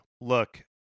Look